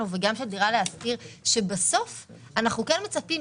וגם של דירה להשכיר היא שבסוף אנחנו כן מצפים.